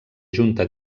junta